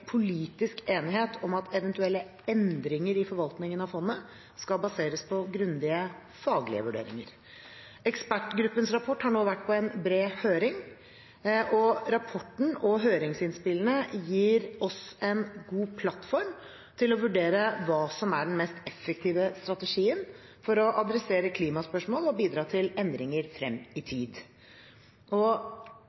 politisk enighet om at eventuelle endringer i forvaltningen av fondet skal baseres på grundige faglige vurderinger. Ekspertgruppens rapport har nå vært på en bred høring, og rapporten og høringsinnspillene gir oss en god plattform til å vurdere hva som er den mest effektive strategien for å adressere klimaspørsmål og bidra til endringer frem i tid.